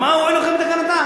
אז מה הועילו חכמים בתקנתם?